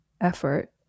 effort